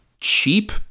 cheap